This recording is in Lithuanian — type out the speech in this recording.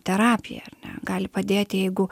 terapija ar ne gali padėti jeigu